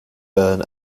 bern